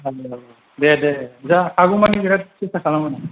दे दे हागौ दा मानि बिराद सेस्था खालामगोन आं